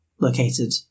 located